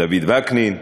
דוד וקנין,